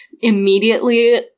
immediately